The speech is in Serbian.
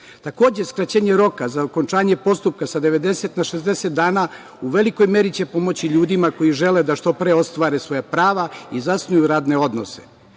svetu. Takođe, skraćenje roka za okončanje postupka sa 90 na 60 dana u velikoj meri će pomoći ljudima koji žele da što pre ostvare svoja prava i zasnuju radne